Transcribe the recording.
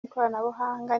y’ikoranabuhanga